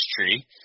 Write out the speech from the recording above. tree